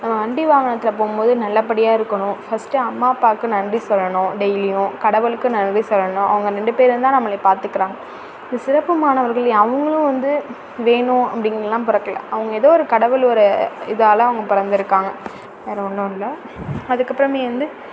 நம்ம வண்டி வாகனத்தில் போகும் போது நல்லபடியாக இருக்கணும் ஃபஸ்ட்டு அம்மா அப்பாவுக்கு நன்றி சொல்லணும் டெய்லியும் கடவுளுக்கு நன்றி சொல்லணும் அவங்க ரெண்டு பேருந்தான் நம்மளை பார்த்துக்குறாங்க இந்த சிறப்பு மாணவர்கள் அவங்களும் வந்து வேணும் அப்படின்னுலாம் பிறக்கலை அவங்க ஏதோ ஒரு கடவுள் ஒரு இதால் அவங்க பிறந்துருக்காங்க வேறு ஒன்றும் இல்லை அதுக்கப்புறமே வந்து